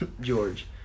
George